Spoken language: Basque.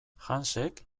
hansek